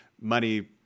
money